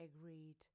agreed